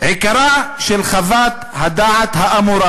"עיקרה של חוות הדעת האמורה